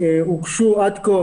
הוגשו עד כה